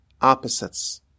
opposites